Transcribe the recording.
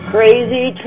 Crazy